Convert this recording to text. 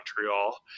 Montreal